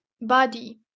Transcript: body